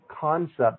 concept